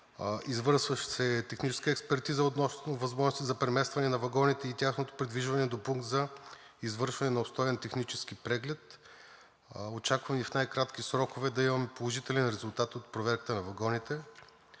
извършва се техническа експертиза относно възможности за преместване на вагоните и тяхното придвижване до пункт за извършване на обстоен технически преглед. Очаквам и в най-кратки срокове да имаме положителен резултат от проверката на вагоните.